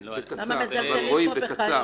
למה מזלזלים פה בחיים?